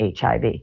HIV